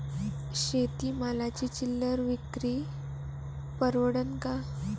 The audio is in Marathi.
शेती मालाची चिल्लर विक्री परवडन का?